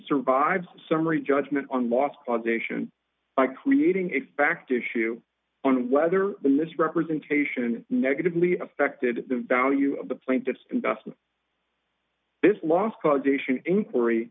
survives summary judgment on loss causation by creating a fact issue on whether the misrepresentation negatively affected the value of the plaintiff's investment this last causation inquiry